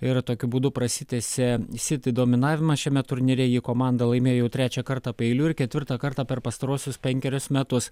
ir tokiu būdu prasitęsė sieti dominavimą šiame turnyre jį komanda laimėjo jau trečią kartą paeiliui ir ketvirtą kartą per pastaruosius penkerius metus